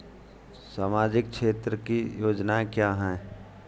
सामाजिक क्षेत्र की योजनाएँ क्या हैं?